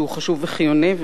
שהוא חשוב וחיוני,